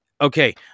Okay